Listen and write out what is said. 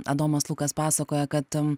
adomas lukas pasakoja kad